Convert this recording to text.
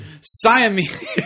Siamese